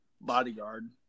bodyguard